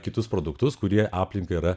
kitus produktus kurie aplinkai yra